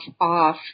off